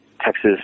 texas